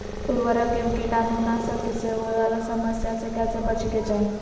उर्वरक एवं कीटाणु नाशक से होवे वाला समस्या से कैसै बची के चाहि?